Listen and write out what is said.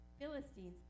Philistines